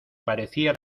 parecía